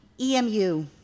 EMU